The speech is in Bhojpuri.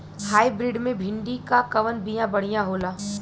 हाइब्रिड मे भिंडी क कवन बिया बढ़ियां होला?